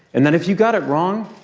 and then if you got it wrong,